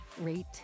rate